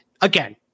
again